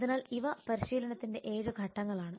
അതിനാൽ ഇവ പരിശീലനത്തിന്റെ ഏഴ് ഘട്ടങ്ങളാണ്